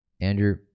Andrew